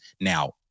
now